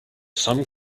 some